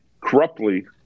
corruptly